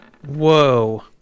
Whoa